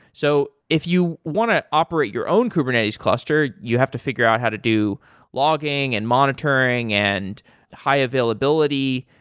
so if you want to operate your own kubernetes cluster, you have to figure out how to do logging and monitoring and high availability,